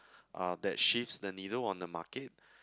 uh that shifts the needle on the market